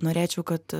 norėčiau kad